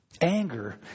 Anger